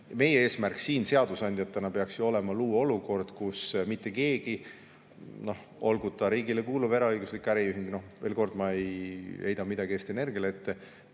Meie eesmärk seadusandjatena peaks ju olema luua olukord, kus mitte keegi, olgu ta riigile kuuluv eraõiguslik äriühing – veel kord, ma ei heida midagi Eesti Energiale ette